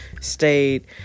stayed